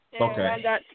Okay